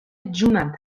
جونم